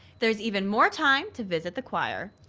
there's even more time to visit the choir.